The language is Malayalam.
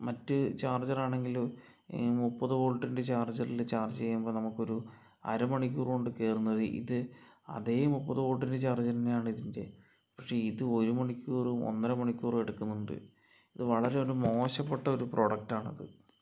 മറ്റ് ചാർജ്ജറാണെങ്കില് ഈ മുപ്പത് വോൾട്ടിൻ്റെ ചാർജ്ജറില് ചാർജ് ചെയ്യുമ്പോൾ നമുക്കൊരു അര മണിക്കൂറുകൊണ്ട് കേറുന്നത് ഇത് അതെ മുപ്പത് വോൾട്ടിൻ്റെ ചാർജർ തന്നെയാണ് ഇതിൻ്റെ പക്ഷെ ഇത് ഒരു മണിക്കൂറും ഒന്നര മണിക്കൂറും എടുക്കുന്നുണ്ട് ഇപ്പോൾ വളരെയൊരു മോശപ്പെട്ടൊരു പ്രൊഡക്റ്റാണിത്